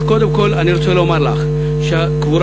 אז קודם כול אני רוצה לומר לך שהקבורה